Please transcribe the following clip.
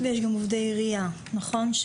ויש גם עובדי עירייה, נכון?